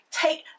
take